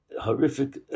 horrific